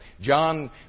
John